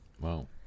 Wow